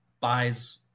buys